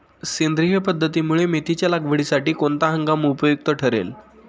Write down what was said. सेंद्रिय पद्धतीने मेथीच्या लागवडीसाठी कोणता हंगाम उपयुक्त ठरेल?